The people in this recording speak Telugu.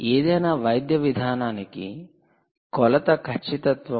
ఏదైనా వైద్య విధానానికి కొలత ఖచ్చితత్వం 0